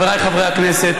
חבריי חברי הכנסת,